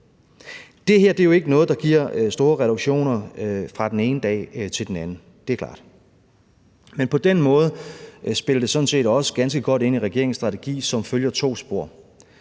Det her er jo ikke noget, der giver store reduktioner fra den ene dag til den anden. Det er klart. Men det spiller sådan set også ganske godt ind i regeringens strategi, som følger to spor.